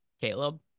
caleb